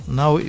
now